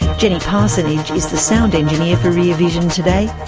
jenny parsonage is the sound engineer for rear vision today.